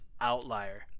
outlier